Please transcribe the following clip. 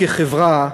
כחברה,